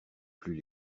plus